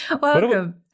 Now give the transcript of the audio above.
Welcome